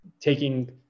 taking